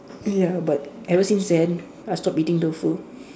ya but ever since then I've stopped eating tofu